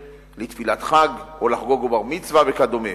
תפילת חג או לחגוג בו בר-מצווה וכדומה.